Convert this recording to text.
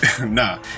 Nah